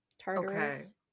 Tartarus